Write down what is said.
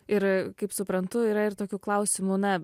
ir kaip suprantu yra ir tokių klausimų na